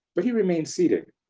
but he remained seated.